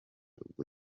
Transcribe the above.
ubwo